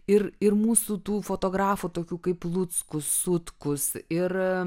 ir ir mūsų tų fotografų tokių kaip luckus sutkus ir